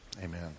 Amen